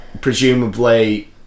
presumably